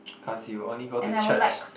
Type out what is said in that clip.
cause you only go to church